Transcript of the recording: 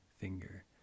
finger